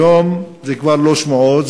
היום זה כבר לא שמועות,